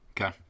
Okay